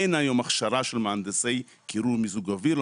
אין היום הכשרה של מהנדסי קירור ומיזוג אוויר.